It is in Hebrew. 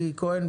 אלי כהן,